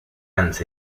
ants